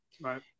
right